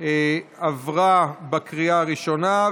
עברה בקריאה הראשונה,